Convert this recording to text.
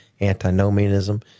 antinomianism